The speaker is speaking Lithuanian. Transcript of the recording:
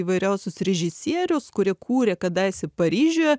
įvairiausius režisierius kurie kūrė kadaise paryžiuje